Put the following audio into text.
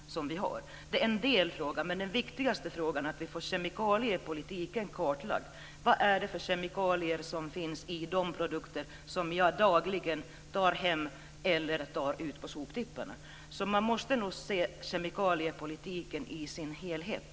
Detta är en del av frågan, men det viktigaste är att vi får kemikaliepolitiken kartlagd, dvs. vad det är för kemikalier som finns i de produkter som jag dagligen tar hem eller tar ut till soptippen. Man måste alltså se kemikaliepolitiken i sin helhet.